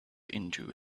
into